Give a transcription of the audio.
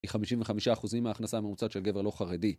היא 55% מההכנסה הממוצעת של גבר לא חרדי